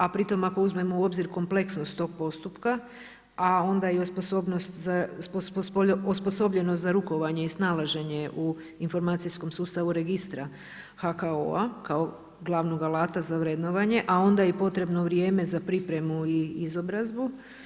A pri tom ako uzmemo u obzir kompleksnost tog postupka, a onda i osposobljenost za rukovanje i snalaženje u informacijskom sustavu registra HKO-a, kao glavnog alata za vrednovanje, a onda potrebno vrijeme za pripremu i izobrazbu.